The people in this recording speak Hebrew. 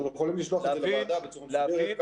אנחנו יכולים לשלוח את זה לוועדה בצורה מסודרת,